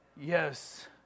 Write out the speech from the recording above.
Yes